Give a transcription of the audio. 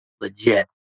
legit